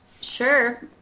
Sure